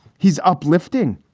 he's uplifting.